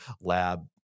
lab